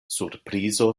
surprizo